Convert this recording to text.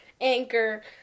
Anchor